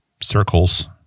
circles